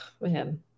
man